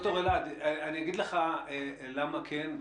אגיד לך למה כן,